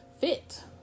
fit